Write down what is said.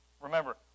Remember